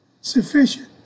sufficient